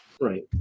Right